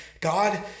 God